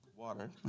water